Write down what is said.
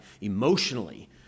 emotionally